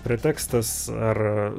pretekstas ar